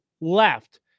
left